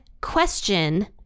question